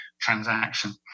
transaction